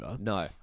No